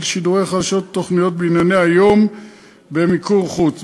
שידורי חדשות ותוכניות בענייני היום במיקור חוץ,